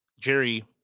jerry